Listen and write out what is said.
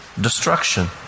destruction